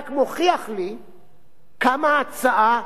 כמה ההצעה חשובה ונכונה.